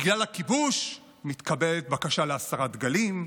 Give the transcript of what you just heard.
בגלל הכיבוש מתקבלת בקשה להסרת דגלים,